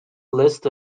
list